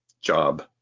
job